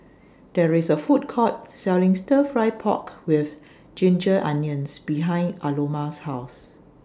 There IS A Food Court Selling Stir Fry Pork with Ginger Onions behind Aloma's House